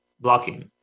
blocking